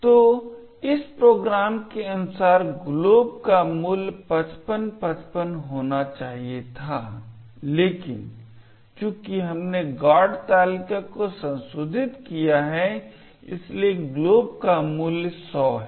तो इस प्रोग्राम के अनुसार glob का मूल्य 5555 होना चाहिए था लेकिन चूंकि हमने GOT तालिका को संशोधित किया है इसलिए ग्लोब का मूल्य 100 है